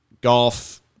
Golf